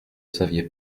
saviez